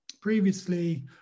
previously